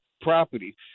property